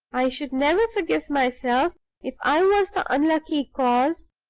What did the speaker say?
i should never forgive myself if i was the unlucky cause